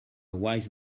wise